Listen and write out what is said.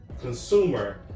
consumer